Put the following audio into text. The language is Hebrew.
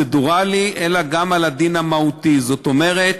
הפרוצדורלי אלא גם על הדין המהותי, זאת אומרת,